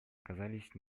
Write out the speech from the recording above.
оказались